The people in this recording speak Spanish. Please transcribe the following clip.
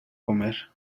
comer